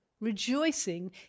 rejoicing